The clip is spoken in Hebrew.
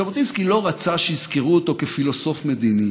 ז'בוטינסקי לא רצה שיזכרו אותו כפילוסוף מדיני